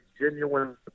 genuine